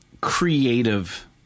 creative